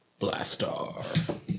blastar